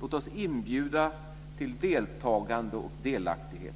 Låt oss inbjuda till deltagande och delaktighet.